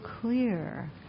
clear